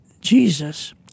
Jesus